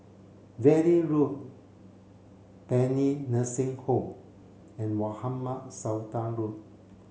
Valley Road Paean Nursing Home and Mohamed Sultan Road